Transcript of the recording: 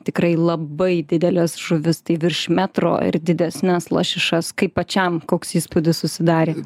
tikrai labai dideles žuvis tai virš metro ir didesnes lašišas kaip pačiam koks įspūdis susidarė